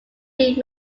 being